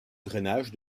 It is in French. drainage